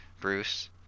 Bruce